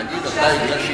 קיבלו, קיבלו.